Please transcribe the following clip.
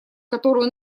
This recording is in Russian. которую